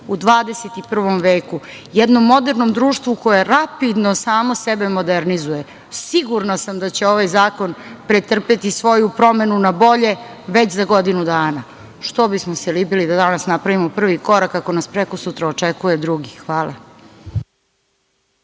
u 21. veku, jednom modernom društvu koje rapidno samo sebe modernizuje. Sigurna sam da će ovaj zakon pretrpeti svoju promenu na bolje već za godinu dana. Što bismo se libili da danas napravimo prvi korak, ako nas prekosutra očekuje drugi. Hvala.